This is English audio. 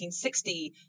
1860